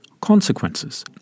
consequences